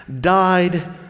died